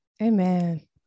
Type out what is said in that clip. Amen